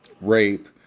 rape